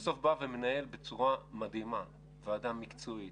-- בסוף בא ומנהל בצורה מדהימה ועדה מקצועית,